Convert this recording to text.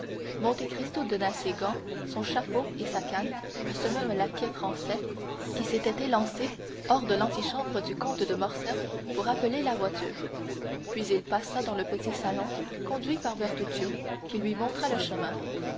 monte cristo donna ses gants son chapeau et sa canne à ce même laquais français qui s'était élancé hors de l'antichambre du comte de morcerf pour appeler la voiture puis il passa dans le petit salon conduit par bertuccio qui lui montra le chemin